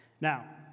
Now